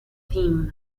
team